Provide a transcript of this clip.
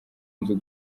nzu